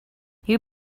you